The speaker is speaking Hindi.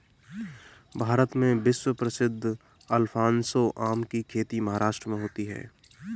भारत में विश्व प्रसिद्ध अल्फांसो आम की खेती महाराष्ट्र में होती है